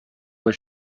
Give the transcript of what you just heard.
was